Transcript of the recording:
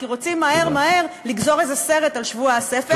כי רוצים מהר מהר לגזור איזה סרט על שבוע הספר,